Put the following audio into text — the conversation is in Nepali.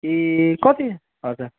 ए कति हजुर